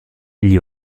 gli